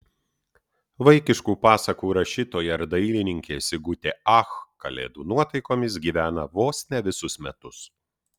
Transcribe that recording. vaikiškų pasakų rašytoja ir dailininkė sigutė ach kalėdų nuotaikomis gyvena vos ne visus metus